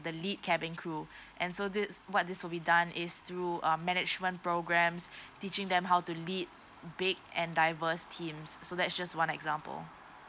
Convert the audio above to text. the lead cabin crew and so this what this will be done is through uh management programmes teaching them how to lead bake and divers teams so that's just one example